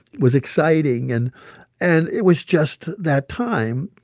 was exciting. and and it was just that time,